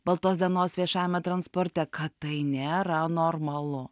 baltos dienos viešajame transporte kad tai nėra normalu